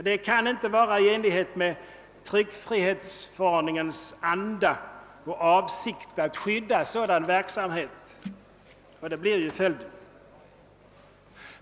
Det kan inte vara i enlighet med tryckfrihetsförordningens anda och avsikt att skydda sådan verksamhet, men det blir ju följden.